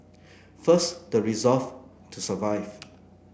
first the resolve to survive